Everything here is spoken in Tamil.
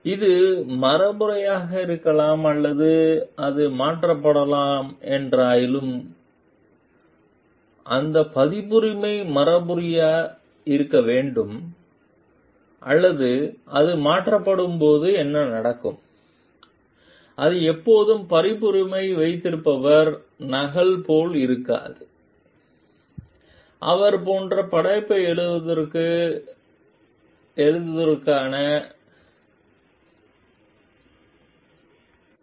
இது மரபுரிமையாக இருக்கலாம் அல்லது அது மாற்றப்படலாம் இருப்பினும் அந்த பதிப்புரிமை மரபுரிமையாக இருக்கும்போது அல்லது அது மாற்றப்படும்போது என்ன நடக்கும் அது எப்போதும் பதிப்புரிமை வைத்திருப்பவர் நபர் போல இருக்காது அவர் போன்ற படைப்பை எழுதுவதற்கான கடன் உள்ளது